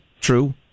true